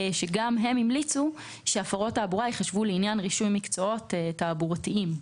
וגם הם המליצו שהפרות תעבורה ייחשבו לעניין רישוי ומקצועות תעבורתיים.